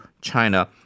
China